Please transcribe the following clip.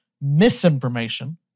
misinformation